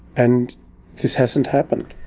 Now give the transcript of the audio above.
and this hasn't happened.